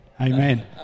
Amen